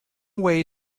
way